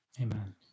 Amen